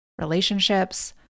relationships